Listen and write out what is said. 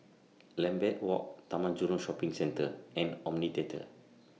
Lambeth Walk Taman Jurong Shopping Centre and Omni Theatre